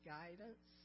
guidance